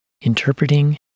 interpreting